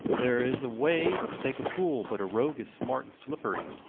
there is a way to take a fool but a rogue is smart and slippery.